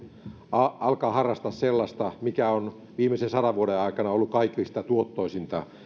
alkaa harrastaa sellaista mikä on viimeisen sadan vuoden aikana ollut kaikista tuottoisinta